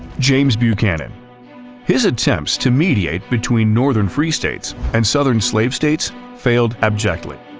james buchanan his attempts to mediate between northern free states and southern slave states failed abjectly,